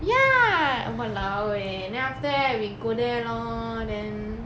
ya !walao! eh then after that we go there lor then